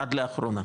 עד לאחרונה,